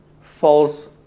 false